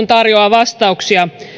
tarjoaa vastauksia